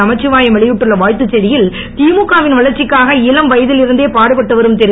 நமச்சிவாயம் வெளியிட்டுள்ள வாழ்த்து செய்தியில் திமுக வின் வளர்ச்சிக்காக இளம் வயதில் இருந்தே பாடுபட்டு வரும் திரு